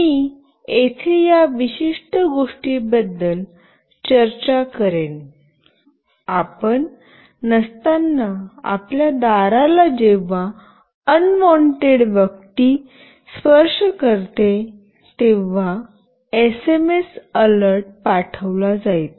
मी येथे या विशिष्ट गोष्टीबद्दल चर्चा करेन आपण नसताना आपल्या दाराला जेव्हा अनवॉन्टेड व्यक्ती स्पर्श करते तेव्हा एसएमएस अलर्ट पाठविला जाईल